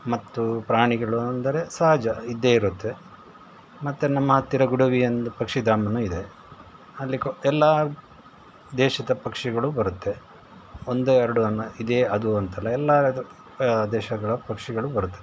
ಮತ್ತು ಪ್ರಾಣಿಗಳು ಅಂದರೆ ಸಹಜ ಇದ್ದೇ ಇರುತ್ತೆ ಮತ್ತೆ ನಮ್ಮ ಹತ್ತಿರ ಗುಡವಿ ಎಂದು ಪಕ್ಷಿಧಾಮನೂ ಇದೆ ಅಲ್ಲಿ ಎಲ್ಲ ದೇಶದ ಪಕ್ಷಿಗಳು ಬರುತ್ತೆ ಒಂದೋ ಎರಡೋ ಅನ್ನೋ ಇದೆ ಅದು ಅಂತ ಅಲ್ಲ ಎಲ್ಲ ದೇಶಗಳ ಪಕ್ಷಿಗಳು ಬರುತ್ತದೆ